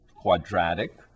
quadratic